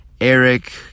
Eric